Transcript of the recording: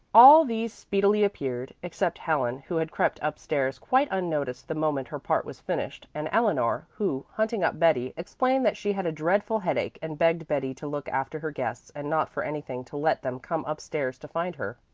all these speedily appeared, except helen, who had crept up-stairs quite unnoticed the moment her part was finished, and eleanor, who, hunting up betty, explained that she had a dreadful headache and begged betty to look after her guests and not for anything to let them come up-stairs to find her.